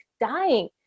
dying